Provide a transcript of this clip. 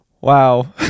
wow